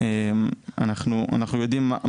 אנחנו יודעים מה מתוכנן.